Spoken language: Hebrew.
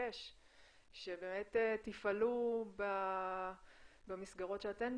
לבקש שבאמת תפעלו במסגרות שאתם